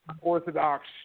orthodox